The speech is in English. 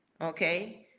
okay